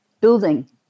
building